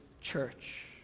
church